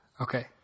Okay